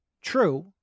true